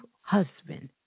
husband